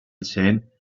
cent